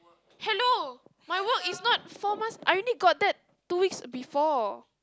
hello my work is not four months I already got that two weeks before